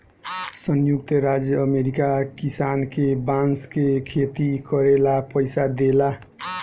संयुक्त राज्य अमेरिका किसान के बांस के खेती करे ला पइसा देला